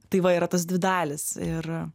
tai va yra tos dvi dalis ir